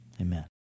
amen